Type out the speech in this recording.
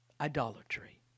idolatry